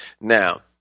Now